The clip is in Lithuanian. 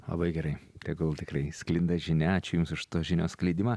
labai gerai tegul tikrai sklinda žinia ačiū jums už tos žinios skleidimą